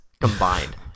combined